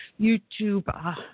YouTube